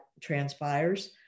transpires